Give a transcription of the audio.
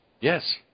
yes